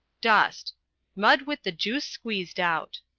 dust mud with the juice squeezed out.